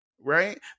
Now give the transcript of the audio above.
Right